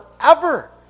forever